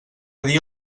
dia